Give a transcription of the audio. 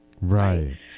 right